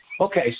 Okay